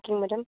okay madam